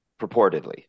Purportedly